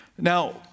Now